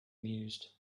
mused